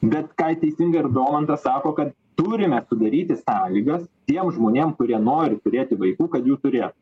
bet ką teisingai ir domantas sako kad turime sudaryti sąlygas tiem žmonėm kurie nori turėti vaikų kad jų turėtų